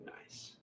Nice